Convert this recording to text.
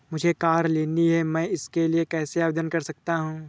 मुझे कार लेनी है मैं इसके लिए कैसे आवेदन कर सकता हूँ?